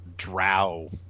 Drow